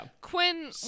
Quinn